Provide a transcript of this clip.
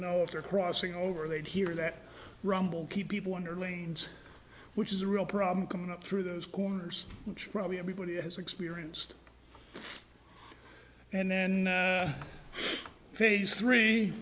after crossing over they'd hear that rumble keep people under lanes which is a real problem coming up through those corners which probably everybody has experienced and then phase three